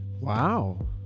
Wow